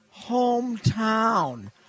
hometown